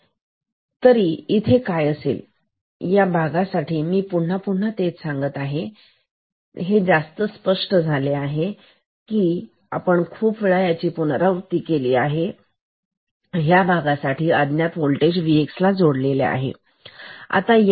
इथे आहे तरी इथे काय असेल या भागासाठी मी पुन्हा पुन्हा तेच सांगत आहे तर हे जास्तच स्पष्ट झाले खूप वेळा याची पुनरावृत्ती झाली तर या भागासाठी आपण अज्ञात होल्टेज Vx जोडलेले आहे